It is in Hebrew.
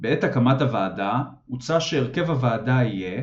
בעת הקמת הוועדה הוצע שהרכב הוועדה יהיה